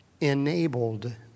enabled